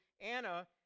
Anna